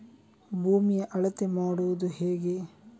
ಭೂಮಿಯ ಅಳತೆ ಮಾಡುವುದು ಹೇಗೆ?